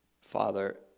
Father